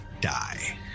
die